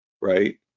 right